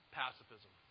pacifism